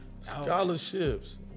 Scholarships